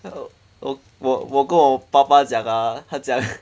我我我我跟我爸爸讲 ah 他讲